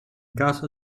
caso